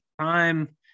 time